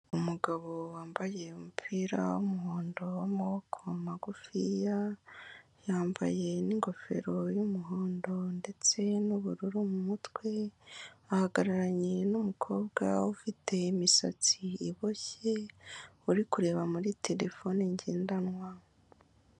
Umugabo wambaye umupira w'umuhondo w'amaboko magufiya yambaye n'ingofero y'umuhondo ndetse n'ubururu mu mutwe, ahagararanye n'umukobwa ufite imisatsi iboshye, uri kureba muri terefone ngendanwa.